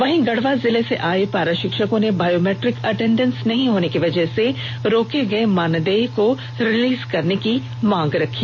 वहीं गढ़वा जिले से आए पारा शिक्षकों ने बायोमेट्रिक अटेंडेंस नहीं होने की वजह से रोके गए मानदेय को रिलीज करने की मांग रखी